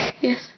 Yes